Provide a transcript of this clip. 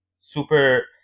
super